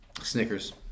Snickers